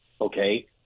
okay